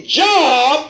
job